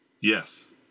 Yes